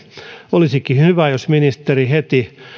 olisikin hyvä jos ministeri heti